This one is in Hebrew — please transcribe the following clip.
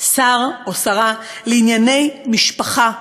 שר או שרה לענייני משפחה.